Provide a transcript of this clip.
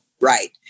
right